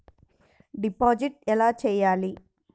Deposit ఎలా చెయ్యాలి?